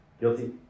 guilty